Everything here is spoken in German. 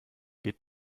geht